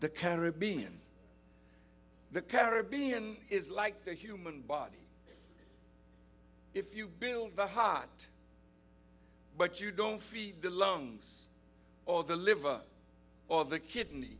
the caribbean the caribbean is like the human body if you build the hot but you don't feed the lungs or the liver or the ki